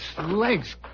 leg's